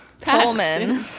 Pullman